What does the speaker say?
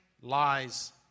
lies